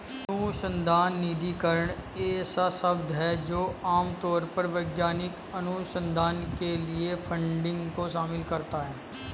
अनुसंधान निधिकरण ऐसा शब्द है जो आम तौर पर वैज्ञानिक अनुसंधान के लिए फंडिंग को शामिल करता है